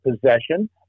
possession